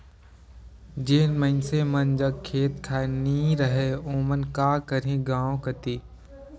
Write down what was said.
जेन मइनसे मन जग खेत खाएर नी रहें ओमन का करहीं गाँव कती